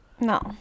No